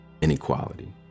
inequality